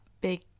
Big